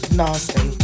nasty